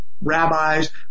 rabbis